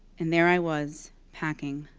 and there i was packing.